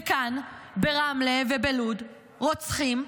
וכאן, ברמלה ובלוד רוצחים,